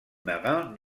marin